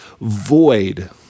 void